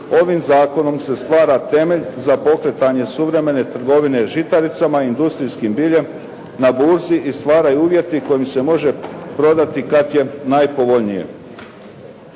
Ovim zakonom se stvara temelj za pokretanjem suvremene trgovine žitaricama i industrijskim biljem na burzi i stvaraju uvjeti kojim se može prodati kada je najpovoljnije.